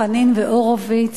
חנין והורוביץ: